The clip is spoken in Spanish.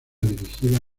dirigida